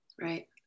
Right